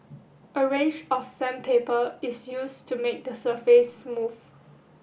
a range of sandpaper is used to make the surface smooth